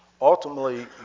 ultimately